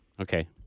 Okay